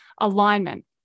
alignment